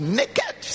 naked